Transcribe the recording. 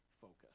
focus